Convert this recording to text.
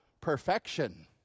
perfection